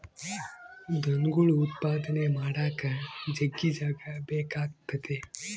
ದನಗುಳ್ ಉತ್ಪಾದನೆ ಮಾಡಾಕ ಜಗ್ಗಿ ಜಾಗ ಬೇಕಾತತೆ